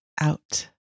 out